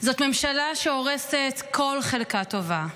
זאת ממשלה שהורסת כל חלקה טובה.